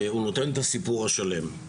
הוא נותן את הסיפור השלם.